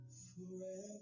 forever